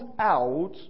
out